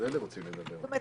זאת אומרת